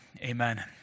amen